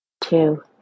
two